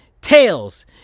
Tails